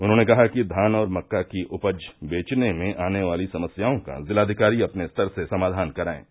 उन्होंने कहा कि धान और मक्का की उपज बेचने में आने वाली समस्याओं का जिलाधिकारी अपने स्तर से समाधान कराये